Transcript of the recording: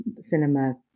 cinema